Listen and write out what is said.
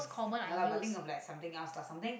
ya lah but think of like something else lah like something